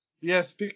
Yes